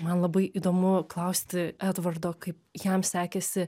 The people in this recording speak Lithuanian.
man labai įdomu klausti edvardo kaip jam sekėsi